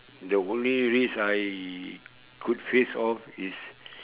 the only risk I could face of is